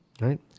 Right